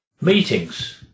meetings